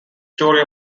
story